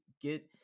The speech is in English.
get